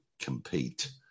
compete